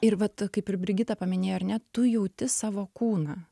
ir vat kaip ir brigita paminėjo ar ne tu jauti savo kūną